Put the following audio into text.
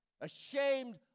Ashamed